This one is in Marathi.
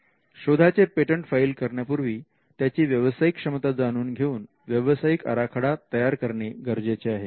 शोधाचे पेटंट फाईल करण्यापूर्वी त्याची व्यावसायिक क्षमता जाणून घेऊन व्यावसायिक आराखडा तयार करणे गरजेचे आहे